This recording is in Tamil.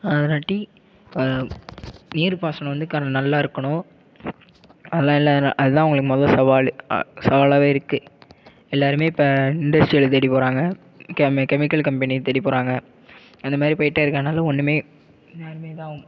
இல்லாட்டி நீர்ப்பாசனம் வந்து நல்லா இருக்கணும் அதலாம் அதுதான் அவங்களுக்கு மொதல் சவால் சவாலாகவே இருக்குது எல்லோருமே இப்போ இண்டஸ்ட்ரியலை தேடிப் போகிறாங்க கெமிக்கல் கம்பெனியைத் தேடிப் போகிறாங்க அந்தமாதிரி போய்ட்டே இருக்கிறதுனால ஒன்றுமே யாருமே இதாக